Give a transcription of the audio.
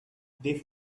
they